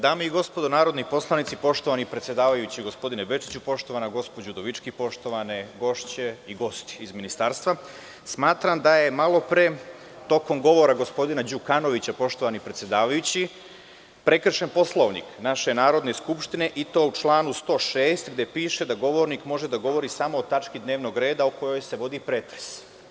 Dame i gospodo narodni poslanici, poštovani predsedavajući gospodine Bečiću, poštovana gospođo Udovički, poštovane gošće i gosti iz ministarstva, smatram da je malo pre, tokom govora gospodina Đukanovića, poštovani predsedavajući, prekršen Poslovnik naše Narodne skupštine i to u članu 106, gde piše da govornik može da govori samo o tački dnevnog reda o kojoj se vodi pretres.